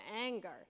anger